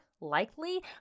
likely